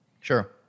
Sure